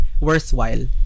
worthwhile